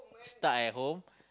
stuck at home